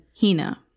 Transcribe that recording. hina